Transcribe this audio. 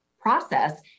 process